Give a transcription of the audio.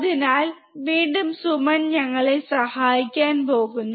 അതിനാൽ വീണ്ടും സുമൻ ഞങ്ങളെ സഹായിക്കാൻ പോകുന്നു